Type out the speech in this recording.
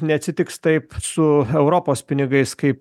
neatsitiks taip su europos pinigais kaip